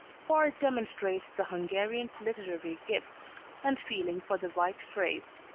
for it demonstrates the hungarian's literary gifts and feeling for the right phrase.